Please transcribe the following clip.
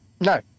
No